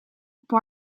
why